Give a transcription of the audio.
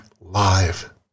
live